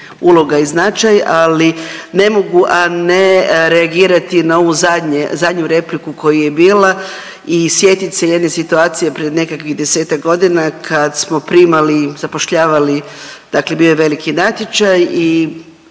uloga i značaj, ali ne mogu a ne reagirati na ovu zadnje, zadnju repliku koja je bila i sjetit se jedne situacije pred nekakvih 10-tak godina kad smo primali i zapošljavali, dakle bio je veliki natječaj i